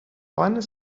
planet